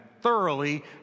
thoroughly